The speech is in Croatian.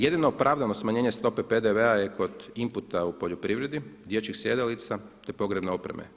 Jedino opravdano smanjenje stope PDV-a je kod inputa u poljoprivredi, dječjih sjedalica, te pogrebne opreme.